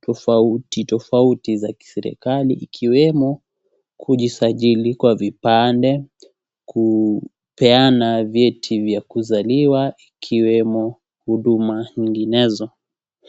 tofauti tofauti za serikali ikiwemo kujisajiri kwa vipande kupeana vyeti vya kusaliwa ikiwemo huduma nyinginezo.